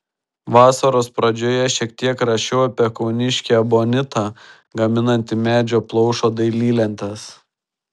vasaros pradžioje šiek tiek rašiau apie kauniškį ebonitą gaminantį medžio plaušo dailylentes